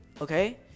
okay